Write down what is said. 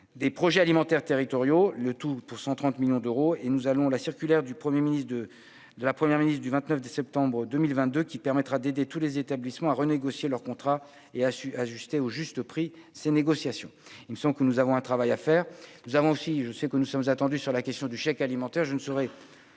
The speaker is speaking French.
des projets alimentaires territoriaux, le tout pour 130 millions d'euros, et nous allons la circulaire du Premier ministre de de la première ministre du vingt-neuf dès septembre 2022 qui permettra d'aider tous les établissements à renégocier leurs contrats et a su ajuster au juste prix, ces négociations, il me semble que nous avons un travail à faire, nous avons aussi, je sais que nous sommes attendus sur la question du chèque alimentaire je ne saurais